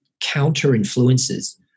counter-influences